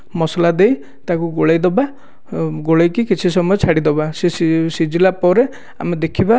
ମସଲା ଦେଇ ତାକୁ ଗୋଳାଇ ଦବା ଗୋଳାଇକି କିଛି ସମୟ ଛାଡ଼ିଦବା ସେ ସିଝିଲା ପରେ ଆମେ ଦେଖିବା